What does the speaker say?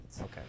Okay